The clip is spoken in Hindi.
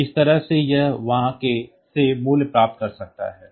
तो इस तरह से यह वहां से मूल्य प्राप्त कर सकता है